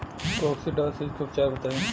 Coccidiosis के उपचार बताई?